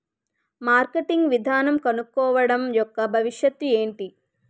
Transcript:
Marketing విధానం కనుక్కోవడం యెక్క భవిష్యత్ ఏంటి?